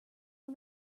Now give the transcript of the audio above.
own